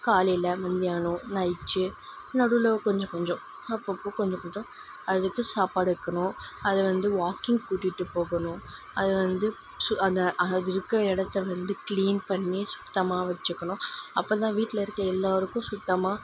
காலையில மத்தியானம் நைச்சு நடுவில் கொஞ்சம் கொஞ்சம் அப்பப்போ கொஞ்சம் கொஞ்சம் அதுக்கு சாப்பாடு வைக்கணும் அது வந்து வாக்கிங் கூட்டிகிட்டு போகணும் அது வந்து சு அந்த அது இருக்கிற இடத்த வந்து க்ளீன் பண்ணி சுத்தமாக வச்சுக்கணும் அப்போ தான் வீட்டில் இருக்க எல்லாருக்கும் சுத்தமாக